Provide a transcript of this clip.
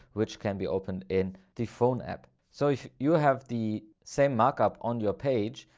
which can be open in the phone app. so if you have the same markup on your page,